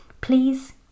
Please